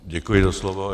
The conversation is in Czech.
Děkuji za slovo.